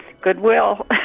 Goodwill